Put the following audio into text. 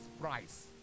price